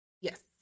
yes